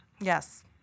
yes